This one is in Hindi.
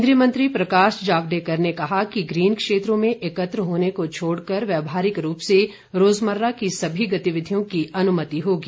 केन्द्रीय मंत्री प्रकाश जावडेकर ने कहा कि ग्रीन क्षेत्रों में एकत्र होने को छोड़कर व्यवहारिक रूप से रोजमर्रा की सभी गतिविधियों की अनुमति होगी